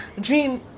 dream